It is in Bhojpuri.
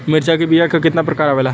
मिर्चा के बीया क कितना प्रकार आवेला?